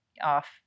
off